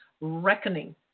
reckoning